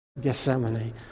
Gethsemane